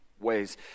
ways